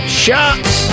shots